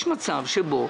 יש מצב שבו